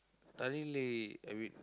thoroughly every